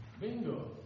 bingo